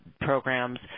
programs